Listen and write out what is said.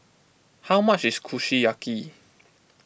how much is Kushiyaki